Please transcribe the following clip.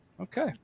Okay